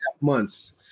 months